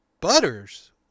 Butters